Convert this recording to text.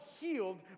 healed